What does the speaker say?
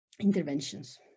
interventions